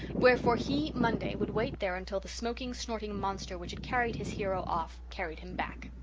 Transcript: wherefore, he, monday, would wait there until the smoking, snorting monster, which had carried his hero off, carried him back.